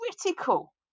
critical